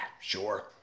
sure